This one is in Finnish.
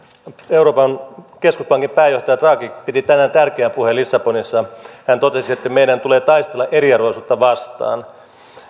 euroopan keskuspankin pääjohtaja draghi piti tänään tärkeän puheen lissabonissa hän totesi että meidän tulee taistella eriarvoisuutta vastaan